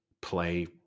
play